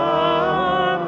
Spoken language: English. um